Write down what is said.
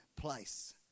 place